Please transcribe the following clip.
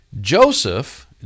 Joseph